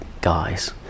guys